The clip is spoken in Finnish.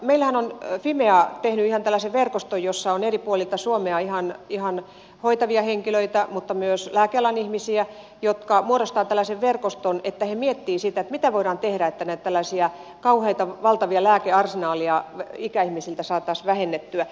meillähän on fimea tehnyt ihan tällaisen verkoston jossa on eri puolilta suomea hoitavia henkilöitä mutta myös lääkealan ihmisiä jotka muodostaa tällaisen verkoston että hän miettivät sitä mitä voidaan tehdä että näitä tällaisia kauheita valtavia lääkearsenaaleja ikäihmisiltä saataisiin vähennettyä